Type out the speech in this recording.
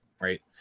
right